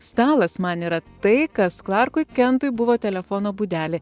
stalas man yra tai kas klarkui kentui buvo telefono būdelė